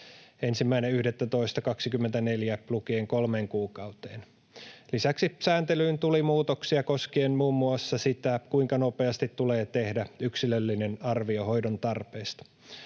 1.11.24 lukien kolmeen kuukauteen. Lisäksi sääntelyyn tuli muutoksia koskien muun muassa sitä, kuinka nopeasti tulee tehdä yksilöllinen arvio hoidon tarpeesta.